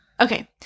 Okay